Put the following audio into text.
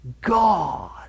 God